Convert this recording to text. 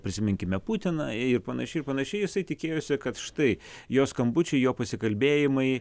prisiminkime putiną ir panašiai panašiai jisai tikėjosi kad štai jo skambučiai jo pasikalbėjimai